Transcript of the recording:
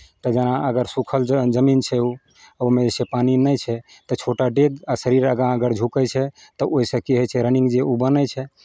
तऽ जेना अगर सूखल ज जमीन छै ओ ओहिमे जे छै पानि नहि छै तऽ छोटा डेग आ शरीर अगर आगाँ अगर झुकै छै तऽ ओहिसँ की होइ छै रनिंग जे ओ बनै छै